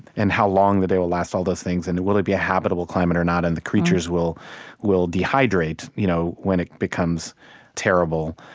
and how long the day will last all those things and will it be a habitable climate or not. and the creatures will will dehydrate you know when it becomes terrible,